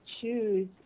choose